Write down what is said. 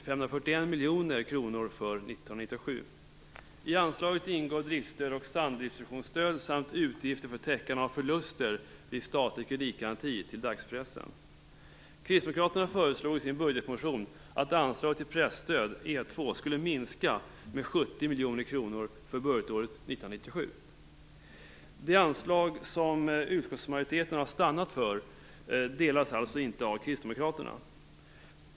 70 miljoner kronor för budgetåret 1997. Det anslag som utskottsmajoriteten har fastnat för stöds alltså inte av Kristdemokraterna.